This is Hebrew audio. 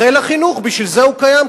חיל החינוך, בשביל זה הוא קיים.